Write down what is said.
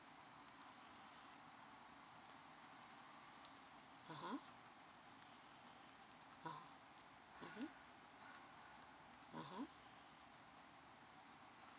(uh huh) uh mmhmm mmhmm